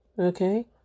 okay